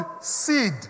seed